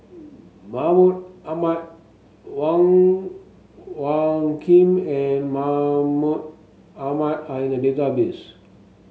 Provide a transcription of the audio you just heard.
Mahmud Ahmad Wong Hung Khim and Mahmud Ahmad are in the database